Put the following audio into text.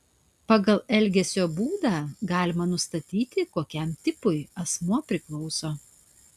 pagal elgesio būdą galima nustatyti kokiam tipui asmuo priklauso